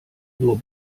nur